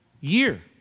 year